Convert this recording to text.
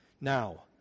Now